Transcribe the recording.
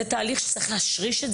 שצריך להשריש.